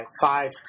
five